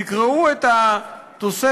תקראו את התוספת